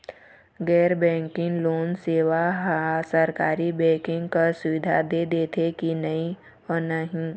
गैर banking loan सेवा हा सरकारी बैंकिंग कस सुविधा दे देथे कि नई नहीं?